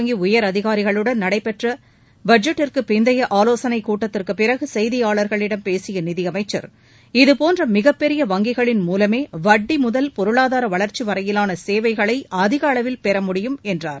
வங்கிஉயர் அதிகாரிகளுடன் நடைபெற்றபட்ஜெட்டிற்குப் பிந்தையஆலோசனைக் ரிசர்வ் கூட்டத்திற்குப் பிறகுசெய்தியாளர்களிடம் பேசியநிதியளமச்சர் இதுபோன்றமிகப்பெரிய வங்கிகளின் மூலமேவட்டிமுதல் பொருளாதாரவளர்ச்சிவரையிலானசேவைகளைஅதிகஅளவில் பெற முடியும் என்றார்